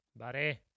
Buddy